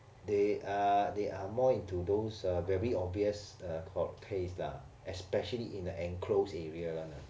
they are they are more into those are very obvious de case lah especially in an enclosed area lah